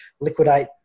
liquidate